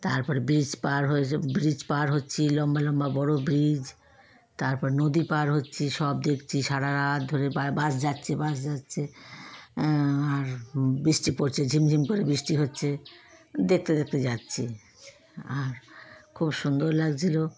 তারপরে ব্রিজ পার হয়ে যে ব্রিজ পার হচ্ছিল লম্বা লম্বা বড় ব্রিজ তারপর নদী পার হচ্ছিল সব দেখছি সারা রাত ধরে বাস যাচ্ছে বাস যাচ্ছে আর বৃষ্টি পড়ছে ঝিমঝিম করে বৃষ্টি হচ্ছে দেখতে দেখতে যাচ্ছি খুব সুন্দর লাগছিল